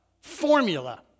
formula